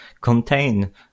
contain